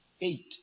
Eight